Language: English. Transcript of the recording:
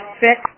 six